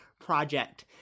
project